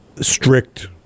strict